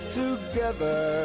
together